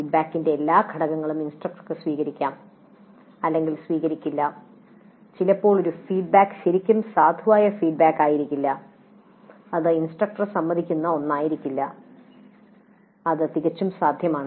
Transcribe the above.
ഫീഡ്ബാക്കിന്റെ എല്ലാ ഘടകങ്ങളും ഇൻസ്ട്രക്ടർക്ക് സ്വീകരിക്കാം അല്ലെങ്കിൽ സ്വീകരിക്കില്ല ചിലപ്പോൾ ഒരു ഫീഡ്ബാക്ക് ശരിക്കും സാധുവായ ഫീഡ്ബാക്ക് ആയിരിക്കില്ല ഇത് ഇൻസ്ട്രക്ടർ സമ്മതിക്കുന്ന ഒന്നായിരിക്കില്ല അത് തികച്ചും സാധ്യമാണ്